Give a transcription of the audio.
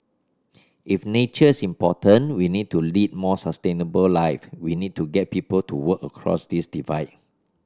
if nature's important we need to lead more sustainable life we need to get people to work across this divide